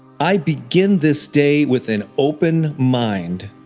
i begin this day with an open mind.